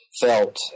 felt